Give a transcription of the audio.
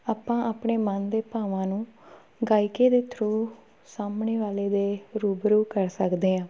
ਆਪਾਂ ਆਪਣੇ ਮਨ ਦੇ ਭਾਵਾਂ ਨੂੰ ਗਾਇਕੀ ਦੇ ਥਰੂ ਸਾਹਮਣੇ ਵਾਲੇ ਦੇ ਰੂਬਰੂ ਕਰ ਸਕਦੇ ਹਾਂ